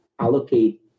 allocate